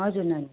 हजुर नानी